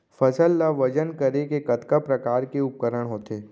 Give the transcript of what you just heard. फसल ला वजन करे के कतका प्रकार के उपकरण होथे?